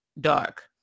dark